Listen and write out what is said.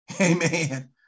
Amen